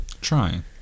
trying